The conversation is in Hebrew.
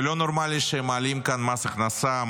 זה לא נורמלי שמעלים כאן מס הכנסה,